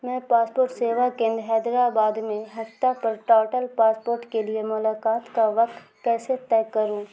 میں پاسپورٹ سیوا کیندر حیدرآباد میں ہفتہ پر ٹاٹل پاسپورٹ کے لیے ملاقات کا وقت کیسے طے کروں